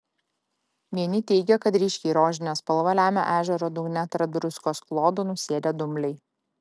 vieni teigė kad ryškiai rožinę spalvą lemia ežero dugne tarp druskos klodų nusėdę dumbliai